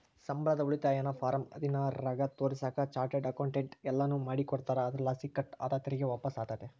ಸಂಬಳದ ಉಳಿತಾಯನ ಫಾರಂ ಹದಿನಾರರಾಗ ತೋರಿಸಾಕ ಚಾರ್ಟರ್ಡ್ ಅಕೌಂಟೆಂಟ್ ಎಲ್ಲನು ಮಾಡಿಕೊಡ್ತಾರ, ಅದರಲಾಸಿ ಕಟ್ ಆದ ತೆರಿಗೆ ವಾಪಸ್ಸಾತತೆ